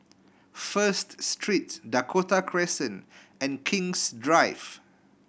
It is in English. First Street Dakota Crescent and King's Drive